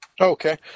Okay